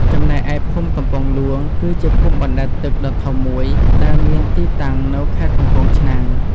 ចំណែកឯភូមិកំពង់លួង គឺជាភូមិបណ្តែតទឹកដ៏ធំមួយដែលមានទីតាំងនៅខេត្តកំពង់ឆ្នាំង។